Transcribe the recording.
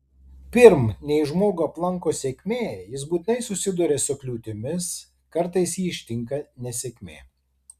pirm nei žmogų aplanko sėkmė jis būtinai susiduria su kliūtimis kartais jį ištinka nesėkmė